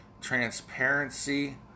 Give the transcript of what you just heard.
transparency